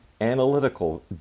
analytical